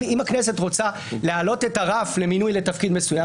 אם הכנסת רוצה להעלות את הרף למינוי לתפקיד מסוים,